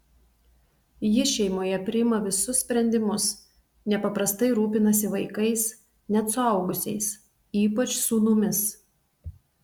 ji šeimoje priima visus sprendimus nepaprastai rūpinasi vaikais net suaugusiais ypač sūnumis